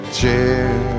chair